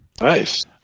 Nice